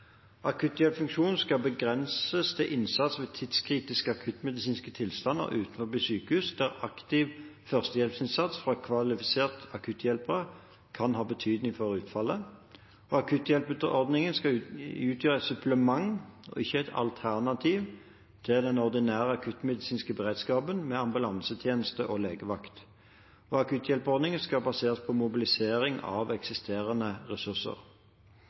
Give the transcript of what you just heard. skal begrenses til innsats ved tidskritiske akuttmedisinske tilstander utenfor sykehus der aktiv førstehjelpsinnsats fra kvalifisert akutthjelper kan ha betydning for utfallet. Akutthjelperordningen skal utgjøre et supplement og ikke et alternativ til den ordinære akuttmedisinske beredskapen med ambulansetjeneste og legevakt. Akutthjelperordningen skal baseres på mobilisering av eksisterende ressurser.